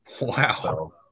Wow